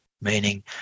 Meaning